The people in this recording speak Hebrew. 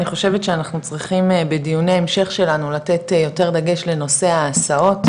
אני חושבת שאנחנו צריכים בדיוני המשך שלנו לתת יותר דגש לנושא ההסעות,